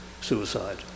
suicide